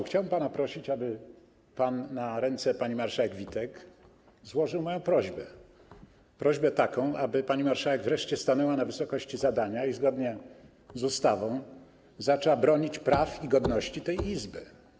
Chciałbym pana prosić, aby złożył pan na ręce pani marszałek Witek moją prośbę, prośbę taką, aby pani marszałek wreszcie stanęła na wysokości zadania i zgodnie z ustawą zaczęła bronić praw i godności tej Izby.